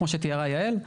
כמו שתיארה יעל.